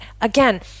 Again